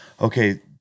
okay